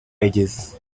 edges